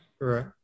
Right